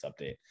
update